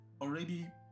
already